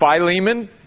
Philemon